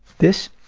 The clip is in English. this